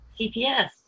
CPS